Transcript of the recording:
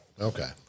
okay